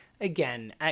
again